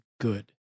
good